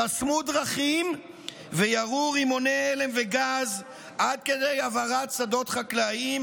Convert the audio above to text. חסמו דרכים וירו רימוני הלם וגז עד כדי הבערת שדות חקלאיים,